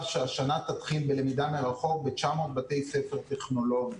שהשנה תתחיל בלמידה מרחוק ב-900 בתי ספר טכנולוגיים.